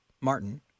Martin